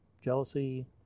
jealousy